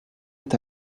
est